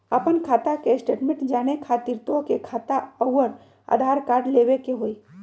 आपन खाता के स्टेटमेंट जाने खातिर तोहके खाता अऊर आधार कार्ड लबे के होइ?